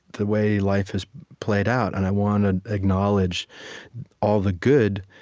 the way life has played out, and i want to acknowledge all the good,